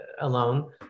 alone